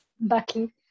Bucky